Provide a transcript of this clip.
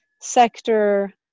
sector